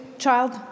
child